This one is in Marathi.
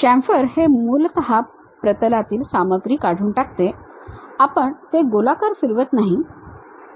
शामफर हे मूलत प्रतलातील सामग्री काढून टाकते आपण ते गोलाकार फिरवत नाही